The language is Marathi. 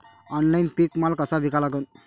ऑनलाईन पीक माल कसा विका लागन?